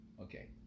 Okay